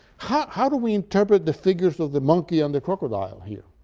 how how do we interpret the figures of the monkey and the crocodile here?